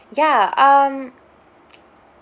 ya um